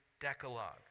Decalogue